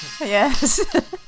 Yes